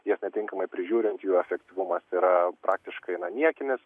jas netinkamai prižiūrint jų efektyvumas yra praktiškai na niekinis